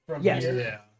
Yes